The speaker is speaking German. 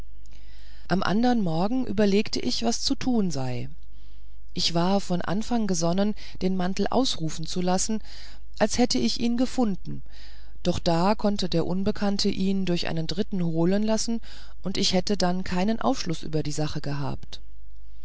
am andern morgen überlegte ich was zu tun sei ich war von anfang gesonnen den mantel ausrufen zu lassen als hätte ich ihn gefunden doch da konnte der unbekannte ihn durch einen dritten holen lassen und ich hätte dann keinen aufschluß über die sache gehabt